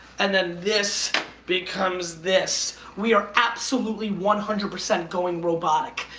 and then this becomes this. we are absolutely one hundred percent going robotic.